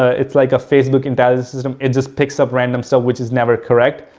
it's like a facebook intelligence system, it just picks up random stuff, which is never correct.